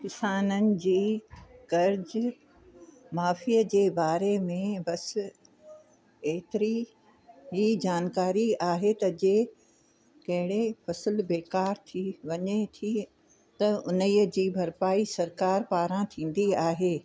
किसाननि जी कर्ज़ु माफ़ीअ जे बारे में बसि एतिरी ई जानकारी आहे त जे कॾहिं फ़सल बेकार थी वञे थी त उन्हीअ जी भरपाई सरकार पारां थींदी आहे